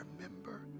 remember